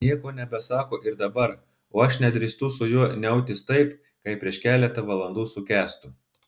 nieko nebesako ir dabar o aš nedrįstu su juo niautis taip kaip prieš keletą valandų su kęstu